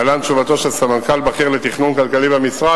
להלן תשובתו של סמנכ"ל בכיר לתכנון כלכלי במשרד,